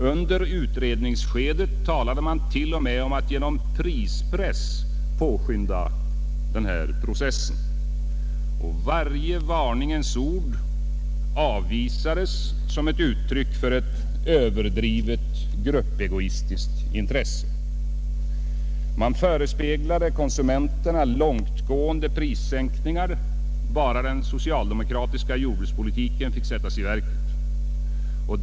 Under utredningsskedet talade man t.o.m. om att genom prispress påskynda den processen. Varje varningens ord avvisades som uttryck för ett överdrivet gruppegoistiskt intresse. Man förespeglade konsumenterna långtgående prissänkningar, bara den socialdemokratiska jordbrukspolitiken fick sättas i verket.